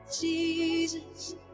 Jesus